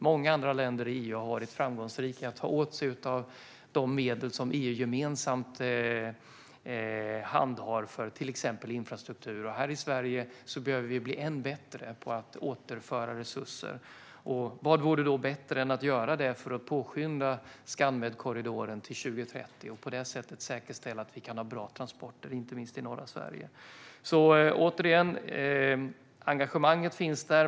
Många andra länder i EU har varit framgångsrika när det gäller att ta åt sig av de medel som EU gemensamt handhar för till exempel infrastruktur, och här i Sverige behöver vi bli ännu bättre på att återföra resurser. Vad vore då bättre än att göra detta för att påskynda Scanmed-korridoren till 2030 och på det sättet säkerställa att vi kan ha bra transporter, inte minst i norra Sverige? Återigen - engagemanget finns där.